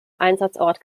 einsatzort